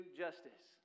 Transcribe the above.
justice